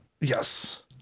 yes